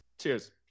Cheers